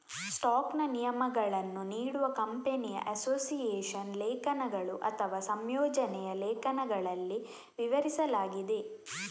ಸ್ಟಾಕ್ನ ನಿಯಮಗಳನ್ನು ನೀಡುವ ಕಂಪನಿಯ ಅಸೋಸಿಯೇಷನ್ ಲೇಖನಗಳು ಅಥವಾ ಸಂಯೋಜನೆಯ ಲೇಖನಗಳಲ್ಲಿ ವಿವರಿಸಲಾಗಿದೆ